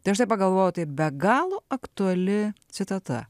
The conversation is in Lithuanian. tai aš taip pagalvojau tai be galo aktuali citata